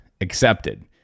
accepted